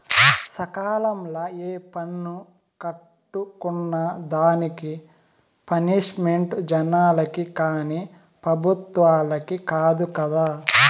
సకాలంల ఏ పన్ను కట్టుకున్నా దానికి పనిష్మెంటు జనాలకి కానీ పెబుత్వలకి కాదు కదా